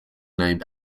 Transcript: named